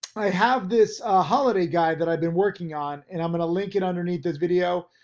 i have this holiday guide that i've been working on and i'm gonna link it underneath this video.